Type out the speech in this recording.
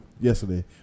yesterday